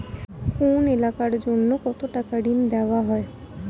কোন এলাকার জন্য কত টাকা ঋণ দেয়া হয়?